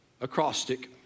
acrostic